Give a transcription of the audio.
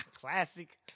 classic